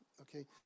Okay